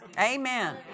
Amen